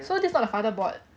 so this is not the father board